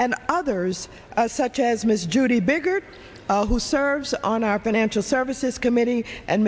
and others such as ms judy biggert who serves on our financial services committee and